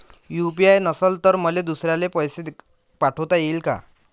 UPI नसल तर मले दुसऱ्याले पैसे पाठोता येईन का?